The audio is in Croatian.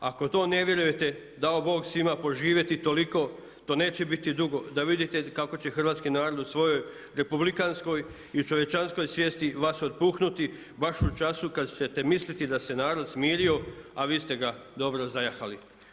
Ako to ne vjerujete dao Bog svima poživjeti toliko, to neće biti dugo da vidite kako će hrvatski narod u svojoj republikanskoj i čovječanskoj svijesti vas otpuhnuti baš u času kada ćete misliti da se narod smirio a vi ste ga dobro zajahali.